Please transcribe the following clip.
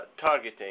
targeting